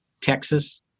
Texas